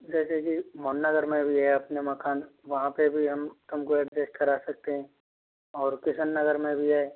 जैसे कि मोहन नगर में भी है अपने मकान वहाँ पे भी हम तुमको एडजेस्ट करा सकते हैं और किशन नगर में भी है